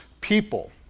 people